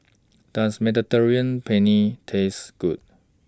Does Mediterranean Penne Taste Good